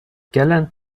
gallant